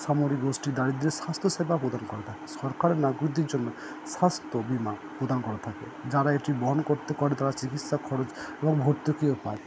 সামরিক গোষ্ঠী দারিদ্রের স্বাস্থ্যসেবা প্রদান করে সরকারের নাগরিকদের জন্য স্বাস্থ্য বীমা প্রদান করা থাকে যারা এটি বহন করে তারা চিকিৎসার খরচ এবং ভর্তুকিও পায়